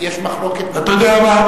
אתה יודע מה,